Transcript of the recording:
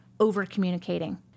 over-communicating